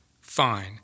Fine